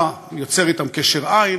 אתה יוצר אתם קשר עין,